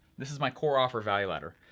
this is my core offer value ladder,